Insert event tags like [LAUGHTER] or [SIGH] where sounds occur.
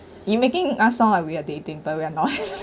it making us sound like we are dating but we are not [LAUGHS]